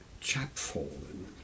chapfallen